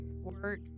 work